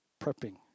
prepping